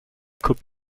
could